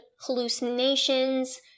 hallucinations